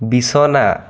বিছনা